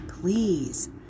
please